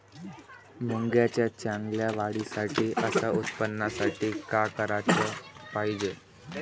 मुंगाच्या चांगल्या वाढीसाठी अस उत्पन्नासाठी का कराच पायजे?